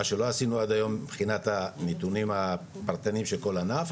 מה שלא עשינו עד היום מבחינת הנתונים הפרטניים של כל ענף,